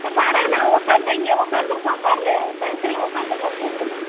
சரி வரேங்கண்ணா உக்காந்து தான் இங்கே உக்காந்துருக்கோம் பாருங்க ஜங்க்ஷனில் உக்காந்துருக்கோம் கூப்பிடுங்க